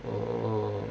oh